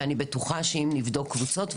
ואני בטוחה שאם נבדוק קבוצות,